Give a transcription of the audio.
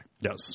Yes